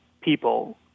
people